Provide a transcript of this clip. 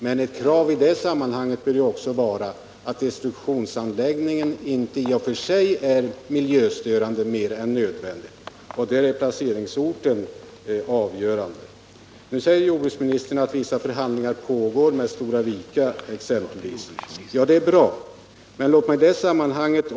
Men ett krav i det sammanhanget bör ju också vara att destruktionsanläggningen inte i och för sig är miljöstörande mer än nödvändigt, och där är placeringsorten avgörande. Nu säger jordbruksministern att vissa förhandlingar pågår med exempelvis Stora Vika. Det är bra.